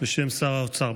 בשם שר האוצר.